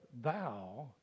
Thou